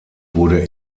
wurde